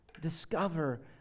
discover